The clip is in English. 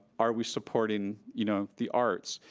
are we supporting you know the arts.